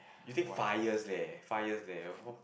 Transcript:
you take five years leh five years leh